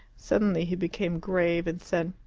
suddenly he became grave, and said,